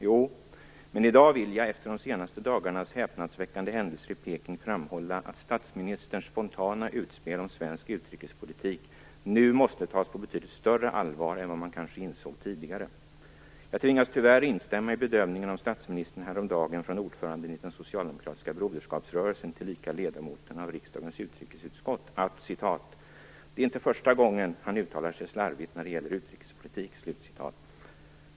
Jo, men jag vill i dag, efter de senaste dagarnas häpnadsväckande händelser i Peking, framhålla att statsministern spontana utspel om svensk utrikespolitik nu måste tas på betydligt större allvar än vad man kanske insåg tidigare. Jag tvingas tyvärr instämma i bedömningen om statsministern häromdagen från ordföranden i den socialdemokratiska Broderskapssrörelsen, tillika ledamoten av riksdagens utrikesutskott, att "Det är inte första gången han uttalar sig slarvigt när det gäller utrikespolitik".